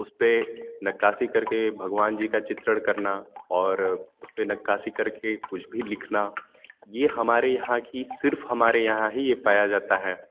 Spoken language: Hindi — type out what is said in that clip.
उस पे नक्काशी कर के भगवान जी का चित्रण करना और उसे पर नक्काशी कर के कुछ भी लिखना यह हमारे यहाँ की सिर्फ़ हमारे यहाँ ही यह पाया जाता है